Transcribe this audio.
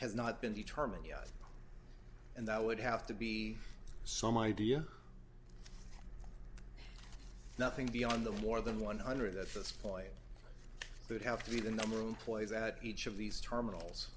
has not been determined yet and that would have to be some idea nothing beyond the more than one hundred at this point that have to be the number of employees at each of these terminals